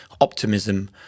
optimism